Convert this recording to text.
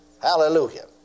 Hallelujah